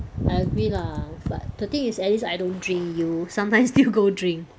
I agree lah but the thing is at least I don't drink you sometimes still go drink